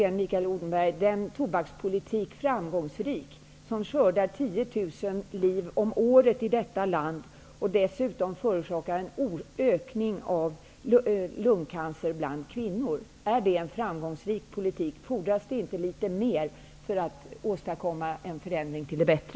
Är verkligen den tobakspolitik framgångsrik, Mikael Odnberg, som skördar 10 000 liv om året i detta land och dessutom förorsakar en ökning av lungcancer bland kvinnor? Är det en framgångsrik politik? Fordras det inte litet mer för att åstadkomma en förändring till det bättre?